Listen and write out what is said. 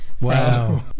Wow